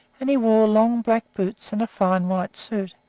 and he wore long black boots and a fine white suit.